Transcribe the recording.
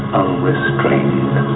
unrestrained